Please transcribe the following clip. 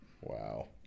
Wow